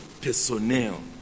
personnel